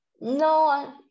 No